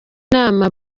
inama